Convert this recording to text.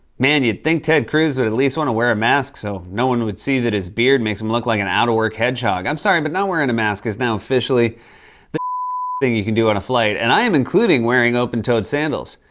man, you'd think ted cruz would at least wanna wear a mask so no one would see that his beard makes him look like an out-of-work hedgehog. i'm sorry, but not wearin' a mask is now officially the thing you can do on a flight. and i am including wearing open-toed sandals.